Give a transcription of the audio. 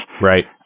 Right